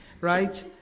Right